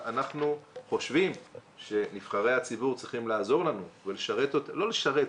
אנחנו חושבים שנבחרי הציבור צריכים לעזור לנו ולשרת אותנו לא לשרת,